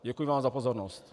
Děkuji vám za pozornost.